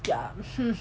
ya